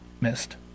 missed